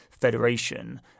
federation